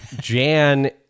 Jan